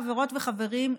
חברות וחברים,